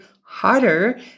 harder